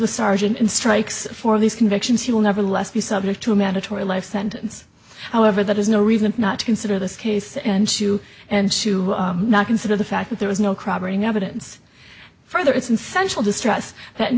with sergeant in strikes for these convictions he will nevertheless be subject to a mandatory life sentence however that is no reason not to consider this case and shoe and to not consider the fact that there was no crime bring evidence further it's in central distress that